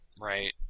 Right